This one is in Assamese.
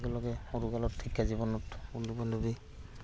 একেলগে সৰুকালত শিক্ষা জীৱনত বন্ধু বান্ধৱী